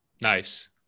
Nice